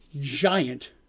Giant